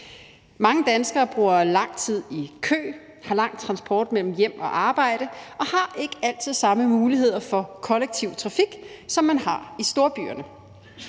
Mange danskere bruger lang tid i kø, har lang transport mellem hjem og arbejde og har ikke altid samme muligheder for kollektiv trafik, som man har i storbyerne.